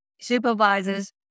supervisors